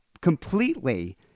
completely